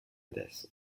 this